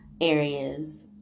areas